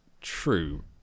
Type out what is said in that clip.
true